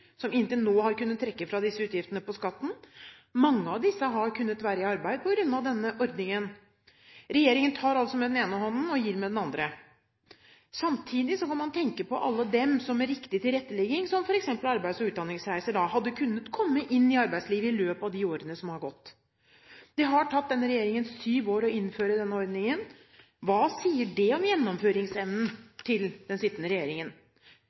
som inntil nå har kunnet trekke fra disse utgiftene på skatten. Mange av disse har kunnet være i arbeid på grunn av denne ordningen. Regjeringen tar altså med den ene hånden og gir med den andre. Samtidig kan man tenke på alle dem som med riktig tilrettelegging, som f.eks. arbeids- og utdanningsreiser, hadde kunnet komme inn i arbeidslivet i løpet av de årene som er gått. Det har tatt denne regjeringen syv år å innføre denne ordningen. Hva sier det om gjennomføringsevnen til den sittende